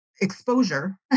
exposure